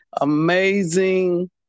amazing